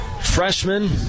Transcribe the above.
Freshman